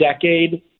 decade